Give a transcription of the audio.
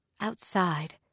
Outside